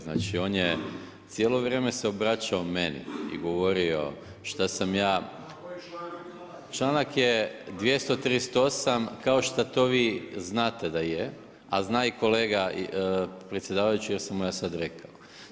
Znači on se cijelo vrijeme obraćao meni i govorio šta sam ja … [[Upadica se ne razumije.]] članak je 238. kao šta to vi znate da je, a zna i kolega predsjedavajući jer sam mu ja sada rekao.